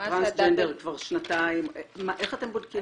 טרנסג'נדר כבר שנתיים, איך אתם בודקים את זה?